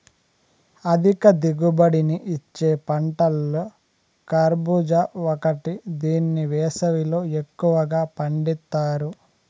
అధిక దిగుబడిని ఇచ్చే పంటలలో కర్భూజ ఒకటి దీన్ని వేసవిలో ఎక్కువగా పండిత్తారు